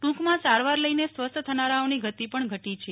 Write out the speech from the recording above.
ટ્રંકમાં સારવાર લઇને સ્વસ્થ થનારાઓની ગતિ પણ ઘટી છે